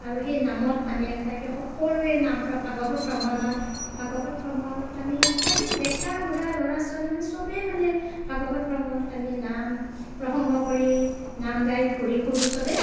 আৰু সেই নামত আমি এক তাৰিখে সকলোৱে নাম ভাগৱত ভ্ৰমণ হয় ভাগৱত ভ্ৰমণত আমি চবেই ডেকা বুঢ়া ল'ৰা ছোৱালী মানে চবেই মানে ভাগৱত ভ্ৰমণত আমি নাম প্ৰসংগ কৰি নাম গাই ফুৰি ফুৰোঁ চবেই